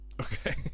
okay